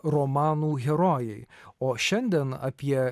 romanų herojai o šiandien apie